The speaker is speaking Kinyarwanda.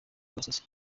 gasozi